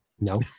No